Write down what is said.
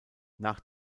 nach